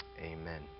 Amen